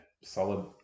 solid